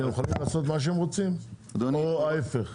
שהם יכולים לעשות מה שהם רוצים או ההיפך?